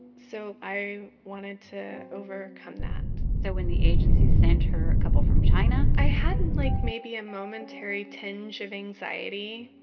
so i wanted to overcome that so when the agency sent her a couple from china. i had, like, maybe a momentary tinge of anxiety.